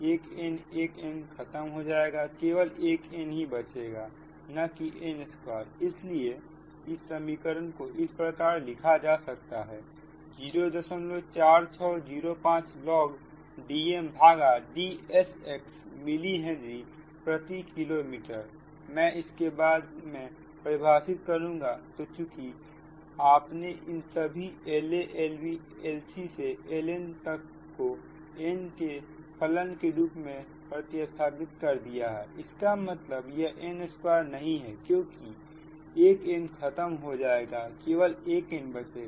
एक n एक n खत्म हो जाएगा केवल एक n बचेगा न की n2इसीलिए इस समीकरण को इस प्रकार लिखा जा सकता है 04605 log DmDsx मिली हेनरी प्रति किलोमीटर मैं इसे बाद में परिभाषित करूंगा तो चुकी आपने इन सभी LaLbLcLn को n फलन के रूप में प्रतिस्थापित कर दिया है इसका मतलब यह n2 नहीं होगा क्योंकि एक n खत्म हो जाएगा केवल एक n बचेगा